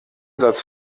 satz